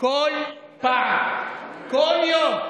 כל פעם, כל יום,